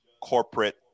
corporate